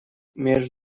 двумя